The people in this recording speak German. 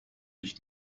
ich